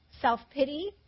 self-pity